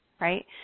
right